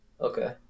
okay